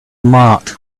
marked